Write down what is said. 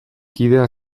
kidea